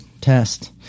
test